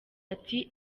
ati